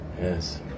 Yes